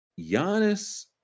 Giannis